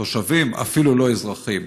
תושבים, אפילו לא אזרחים.